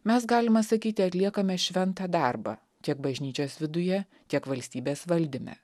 mes galima sakyti atliekame šventą darbą tiek bažnyčios viduje tiek valstybės valdyme